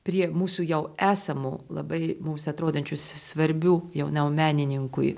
prie mūsų jau esamo labai mums atrodančius svarbių jaunam menininkui